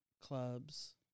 clubs